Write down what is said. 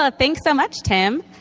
ah thanks so much, tim.